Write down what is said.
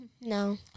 No